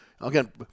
Again